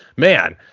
Man